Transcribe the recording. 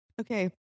Okay